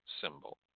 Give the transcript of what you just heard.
symbol